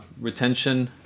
retention